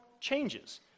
changes